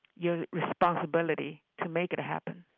your responsibility to make it happen